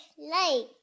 light